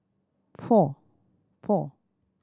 four four